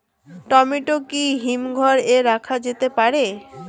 Tomato কি হিমঘর এ রাখা যেতে পারে?